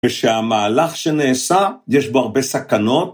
ושהמהלך שנעשה יש בו הרבה סכנות.